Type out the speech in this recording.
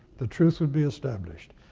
the truth would be established.